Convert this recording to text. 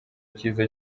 kiza